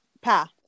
path